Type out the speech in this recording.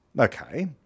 Okay